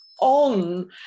on